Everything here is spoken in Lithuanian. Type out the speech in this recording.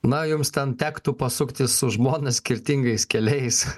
na jums ten tektų pasukti su žmona skirtingais keliais